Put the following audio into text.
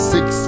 Six